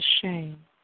shame